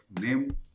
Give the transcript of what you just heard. name